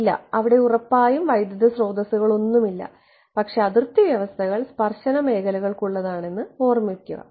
ഇല്ല അവിടെ ഉറപ്പായും വൈദ്യുതസ്രോതസ്സുകളൊന്നുമില്ല പക്ഷേ അതിർത്തി വ്യവസ്ഥകൾ സ്പർശന മേഖലകൾക്കുള്ളതാണെന്ന് ഓർമ്മിക്കുക